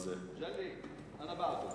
אנא בעדו.